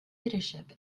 leadership